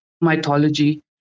mythology